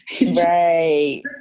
Right